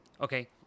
Okay